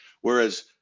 whereas